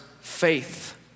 faith